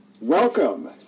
Welcome